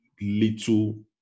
little